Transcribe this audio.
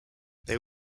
they